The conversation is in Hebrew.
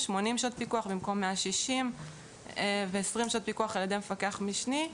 80 שעות פיקוח במקום 160 ו-20 שעות פיקוח על ידי מפקח משני,